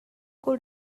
could